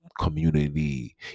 community